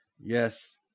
Yes